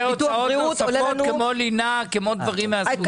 והוצאות נוספות, כמו לינה ודברים מהסוג הזה.